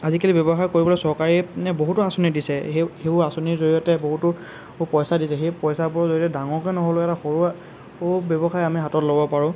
আজিকালি ব্যৱসায় কৰিবলৈ চৰকাৰে এনে বহুতো আঁচনি দিছে সেই সেইবোৰ আঁচনিৰ জৰিয়তে বহুতো পইচা দিছে সেই পইচাবোৰৰ জৰিয়তে ডাঙৰকে নহ'লেও এটা সৰু ব্যৱসায় আমি হাতত ল'ব পাৰোঁ